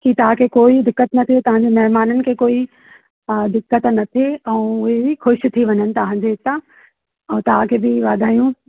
की तव्हांखे कोई दिकत न थिए तव्हांजे महिमाननि खे कोई पाण दिकत न थिए ऐं हीअ बि ख़ुशि थी वञनि तव्हांजे हितां ऐं तव्हांखे बि वाधायूं